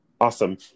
Awesome